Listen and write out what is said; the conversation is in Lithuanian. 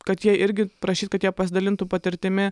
kad jie irgi prašyt kad jie pasidalintų patirtimi